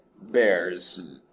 bears